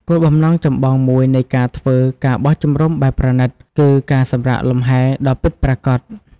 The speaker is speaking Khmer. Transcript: គោលបំណងចម្បងមួយនៃការធ្វើ ការបោះជំរំបែបប្រណីត គឺ ការសម្រាកលំហែ ដ៏ពិតប្រាកដ។